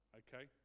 okay